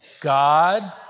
God